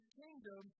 kingdom